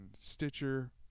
Stitcher